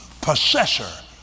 possessor